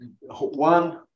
one